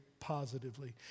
positively